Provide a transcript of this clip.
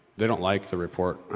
they don't like the report ah.